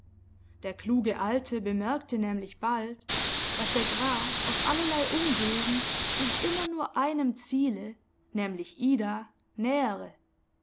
der kluge alte bemerkte nämlich bald daß der graf auf allerlei umwegen sich immer nur einem ziele nämlich ida nähere